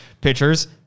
pitchers